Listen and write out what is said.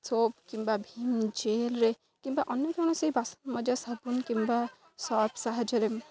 soap କିମ୍ବା Vim ଜେଲରେ କିମ୍ବା ଅନ୍ୟ କୌଣସି ବାସନ ମଜା ସାବୁନ୍ କିମ୍ବା ସର୍ଫ ସାହାଯ୍ୟରେ